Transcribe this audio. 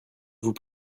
vous